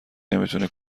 نمیتونه